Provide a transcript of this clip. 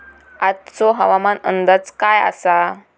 आजचो हवामान अंदाज काय आसा?